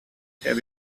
have